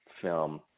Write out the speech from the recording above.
film